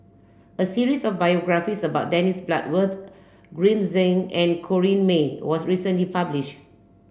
a series of biographies about Dennis Bloodworth Green Zeng and Corrinne May was recently publish